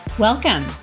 Welcome